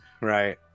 Right